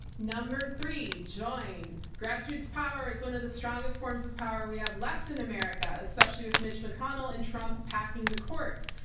number three, join. grassroots power is one of the strongest forms of power we have left in america, especially with mitch mcconnell and trump packing the courts.